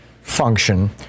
function